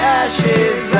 ashes